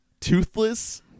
Toothless